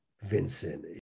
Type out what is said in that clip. vincent